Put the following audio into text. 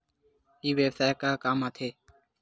ई व्यवसाय का काम आथे?